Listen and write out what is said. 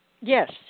Yes